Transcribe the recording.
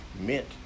meant